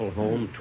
home